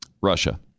Russia